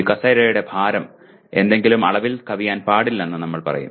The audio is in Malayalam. ഈ കസേരയുടെ ഭാരം എന്തെങ്കിലും അളവിൽ കവിയാൻ പാടില്ലെന്ന് നമ്മൾ പറയും